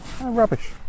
Rubbish